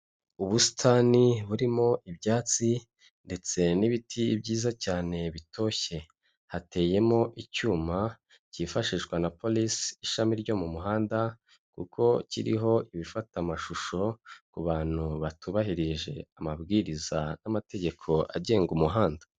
Ubusitani burimo ibyatsi ndetse n'ibiti byiza cyane bitoshye, hateyemo icyuma cyifashishwa na polisi ishami ryo mu muhanda kuko kiriho ibifata amashusho ku bantu batubahirije amabwiriza n'amategeko agenga umuhanda.